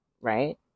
right